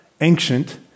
ancient